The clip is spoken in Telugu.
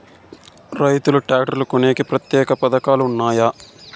రైతులు ట్రాక్టర్లు కొనేకి ప్రత్యేక పథకాలు ఉన్నాయా?